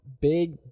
Big